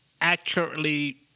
accurately